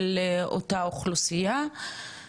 אתה מוזמן לצפות.